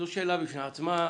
זו שאלה בפני עצמה.